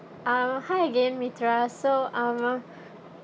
uh hi again mitraa so um uh